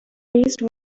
raised